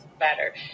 better